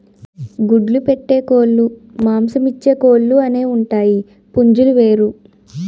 గుడ్లు పెట్టే కోలుమాంసమిచ్చే కోలు అనేవుంటాయి పుంజులు వేరు